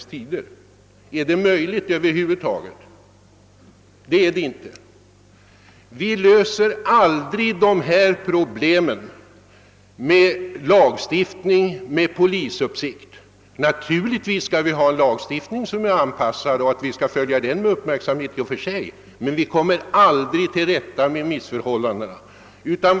Är det över huvud taget möjligt att göra det? Nej! Vi löser aldrig problemen med lagstiftning och polisuppsikt. Naturligtvis skall vi ha en rätt anpassad lagstiftning, och där skall vi följa utvecklingen med uppmärksamhet, men vi kommer aldrig till rätta med missförhållandena på den vägen.